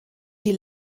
die